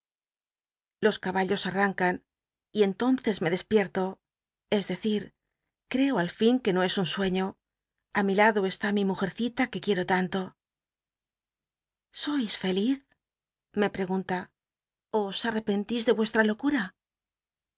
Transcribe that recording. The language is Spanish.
los caballos al'l'ancan y entonces me despierto es decir creo al fin que no es un sueño á mi lado estú mi mujercita que quiero tanto sois feliz me pregunta os at repenlis de vuestra locura